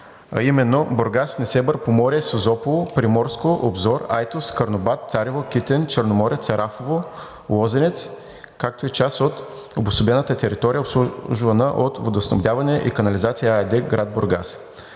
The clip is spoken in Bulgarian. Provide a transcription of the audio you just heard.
именно Бургас, Несебър, Поморие, Созопол, Приморско, Обзор, Айтос, Карнобат, Царево, Китен, Черноморец, Сарафово, Лозенец, както и част от обособената територия, обслужвана от „Водоснабдяване и канализация“ ЕАД – град Бургас.